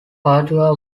padua